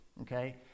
Okay